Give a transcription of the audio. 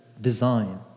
design